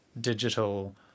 digital